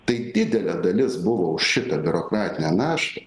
tai didelė dalis buvo už šitą biurokratinę naštą